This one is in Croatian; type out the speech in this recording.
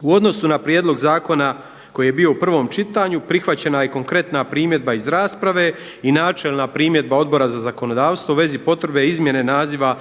U odnosu na prijedlog zakona koji je bio u prvom čitanju prihvaćena je konkretna primjedba iz rasprave i načelna primjedba Odbora za zakonodavstvo u vezi potrebe izmjene naziva